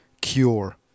Cure